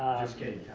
just kidding,